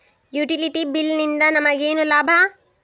Utility bill ನಿಂದ್ ನಮಗೇನ ಲಾಭಾ?